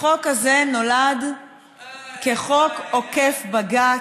החוק הזה נולד כחוק עוקף בג"ץ.